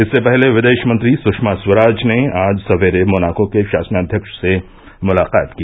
इससे पहले विदेश मंत्री सुषमा स्वराज ने आज सवेरे मोनाको के शासनाध्यक्ष से मुलाकात की